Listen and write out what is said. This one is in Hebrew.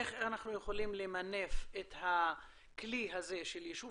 איך אנחנו יכולים למנף את הכלי הזה של יישוב